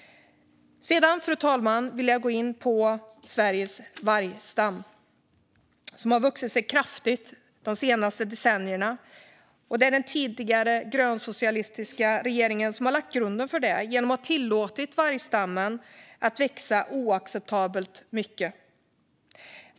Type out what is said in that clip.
Nu, fru talman, vill jag gå in på Sveriges vargstam, som har vuxit kraftigt de senaste decennierna. Det är den tidigare grönsocialistiska regeringen som har lagt grunden för det genom att ha tillåtit vargstammen att växa oacceptabelt mycket.